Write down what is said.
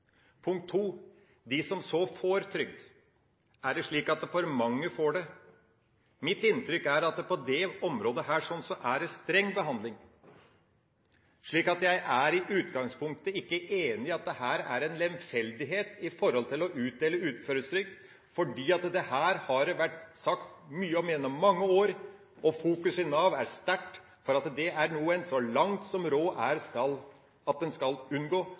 Punkt to: Er det slik at for mange får trygd? Mitt inntrykk er at det på dette området er streng behandling, så jeg er i utgangspunktet ikke enig i at en er lemfeldig når det gjelder å utdele uføretrygd. Dette har det vært sagt mye om gjennom mange år, og fokuset i Nav er sterkt på at det er noe en – så langt som råd er – skal